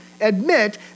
admit